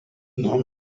nuo